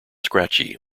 scratchy